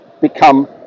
become